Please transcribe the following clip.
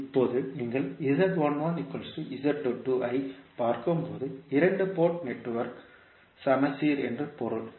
இப்போது நீங்கள் ஐப் பார்க்கும்போது இரண்டு போர்ட் நெட்வொர்க் சமச்சீர் என்று பொருள்